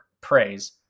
praise